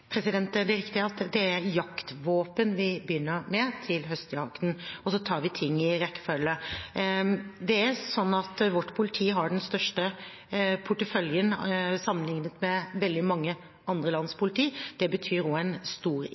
Det er riktig at det er jaktvåpen vi begynner med til høstjakten, og så tar vi ting i rekkefølge. Vårt politi har den største porteføljen sammenlignet med veldig mange andre lands politi. Det betyr også en stor